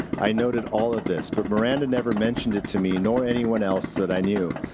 i noted all of this, but miranda never mentioned it to me, nor anyone else that i knew.